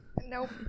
Nope